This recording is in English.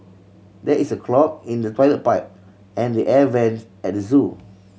there is a clog in the toilet pipe and the air vents at the zoo